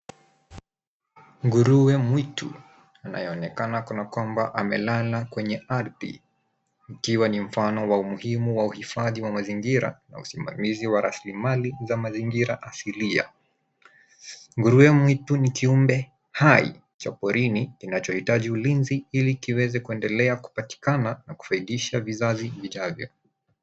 Nguruwe mwitu anayeonekana kana kwamba amelala kwenye ardhi, ikiwa ni mfano wa umuhimu wa uhifadhi wa mazingira na usimamizi wa rasilimali za mazingira asilia. Nguruwe mwitu ni kiumbe hai cha porini kinachohitaji ulinzi ili kiweze kuendelea kupatikana na kufaidisha vizazi vijavyo.